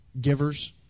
givers